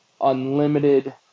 unlimited